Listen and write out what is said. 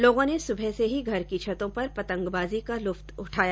लोगों ने सुबह से ही घर की छतों पर पतंगबाजी का लुफ्त उठाया